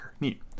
Neat